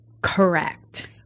Correct